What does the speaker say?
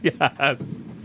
Yes